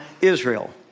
Israel